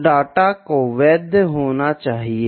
तो डेटा को वैध होना चाहिए